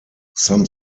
some